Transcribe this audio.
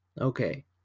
Okay